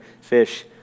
fish